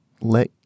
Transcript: let